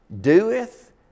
doeth